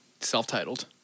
Self-titled